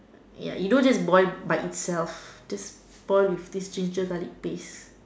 ya you don't just boil by itself just boil with this ginger garlic paste